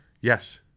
Yes